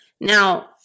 Now